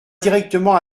directement